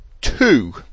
two